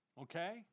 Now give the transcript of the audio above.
Okay